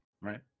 Right